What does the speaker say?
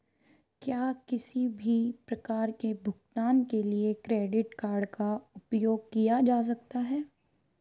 क्या किसी भी प्रकार के भुगतान के लिए क्रेडिट कार्ड का उपयोग किया जा सकता है?